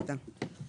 תודה.